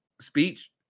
speech